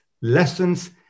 lessons